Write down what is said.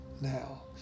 now